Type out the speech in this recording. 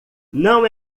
não